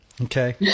Okay